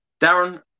Darren